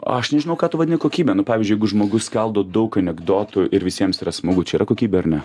aš nežinau ką tu vadini kokybe nu pavyzdžiui jeigu žmogus skaldo daug anekdotų ir visiems yra smagu čia yra kokybė ar ne